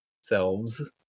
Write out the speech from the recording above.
Selves